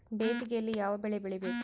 ಬೇಸಿಗೆಯಲ್ಲಿ ಯಾವ ಬೆಳೆ ಬೆಳಿಬೇಕ್ರಿ?